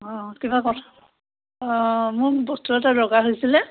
অঁ কিবা কথা অঁ মোক বস্তু এটা দৰকাৰ হৈছিলে